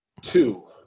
two